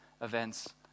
events